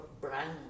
brand